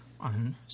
on